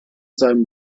seinem